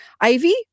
Ivy